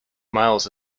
miles